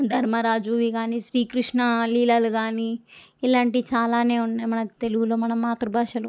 ధర్మరాజువి కానీ శ్రీకృష్ణ లీలలు కానీ ఇలాంటివి చాలానే ఉన్నాయి మన తెలుగులో మన మాతృ భాషలో